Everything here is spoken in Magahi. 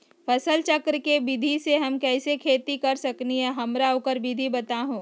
फसल चक्र के विधि से हम कैसे खेती कर सकलि ह हमरा ओकर विधि बताउ?